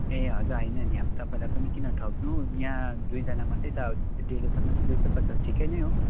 ए हजुर होइन नि अब तपाईँलाई पनि किन ठग्नु यहाँ दुईजाना मात्रै त डेलोसम्म दुई सौ पचास ठिकै नै हो